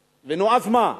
נו, אז מה,